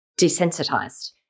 desensitized